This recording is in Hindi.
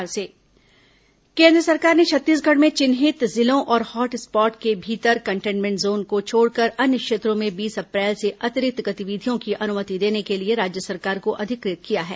कोरोना सरकार दिशा निर्देश केन्द्र सरकार ने छत्तीसगढ़ में चिन्हित जिलों और हॉट स्पॉट के भीतर कंटेन्मेंट जोन को छोड़कर अन्य क्षेत्रों में बीस अप्रैल से अतिरिक्त गतिविधियों की अनुमति देने के लिए राज्य सरकार को अधिकृत किया है